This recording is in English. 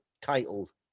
titles